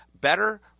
better